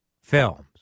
films